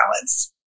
balance